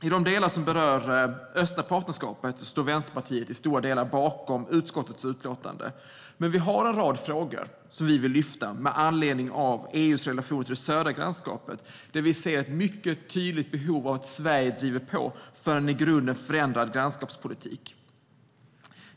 I de delar som berör östra partnerskapet står Vänsterpartiet på det stora hela bakom utskottets utlåtande, men vi har en rad frågor som vi vill lyfta upp med anledning av EU:s relation till det södra grannskapet, där vi ser ett mycket tydligt behov av att Sverige driver på för en i grunden förändrad grannskapspolitik.